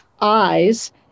eyes